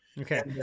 Okay